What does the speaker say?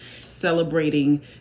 celebrating